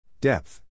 Depth